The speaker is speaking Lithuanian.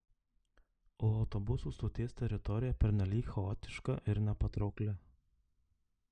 o autobusų stoties teritorija pernelyg chaotiška ir nepatraukli